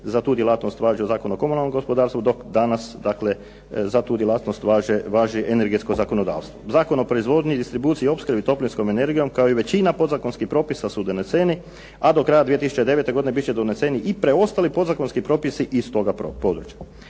za tu djelatnost važio Zakon o komunalnom gospodarstvu dok danas za tu djelatnost važi energetsko zakonodavstvo. Zakon o proizvodnji, distribuciji i opskrbi toplinskom energijom kao i većina podzakonskih propisa su doneseni a do kraja 2009. godine bit će doneseni i preostali podzakonski propisi iz toga područja.